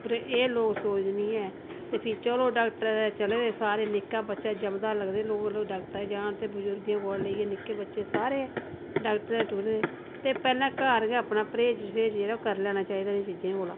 पर एह् लोग सोचदे नी ऐ ते फ्ही चलो डाक्टरै दे चले दे सारे गै निक्का बच्चा जमदा लगदे लोग डाक्टरें दे जान ते बुजुर्गें कोला लेइयै निक्के बच्चे सारे गै डाक्टरें दे टुरे दे ते पैहलें घर गै अपना पर्हेज शर्हेज जेह्ड़ा करी लैना चाहिदा इनें चीजें कोला